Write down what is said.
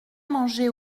mangé